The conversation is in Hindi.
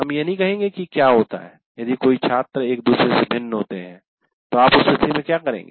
हम यह नहीं कहेंगे कि क्या होता है यदि कई छात्र एक दूसरे से भिन्न होते हैं तो आप स्थिति में क्या करते हैं